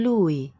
Lui